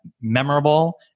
memorable